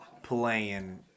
Playing